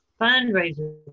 fundraiser